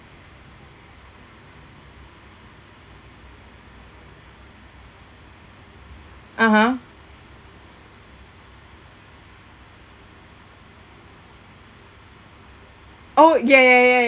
(uh huh) oh ya ya ya